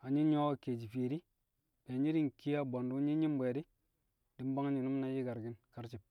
na nyi̱ nyu̱wo̱ a ke̱e̱shi̱ fiye di̱, na nyi̱ nkiye a bwẹndu̱ yi̱ nyi̱m bu̱ e̱ di̱, dɪ mbwang nyi̱nu̱m na yi̱karki̱n karci̱b.